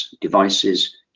devices